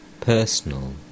personal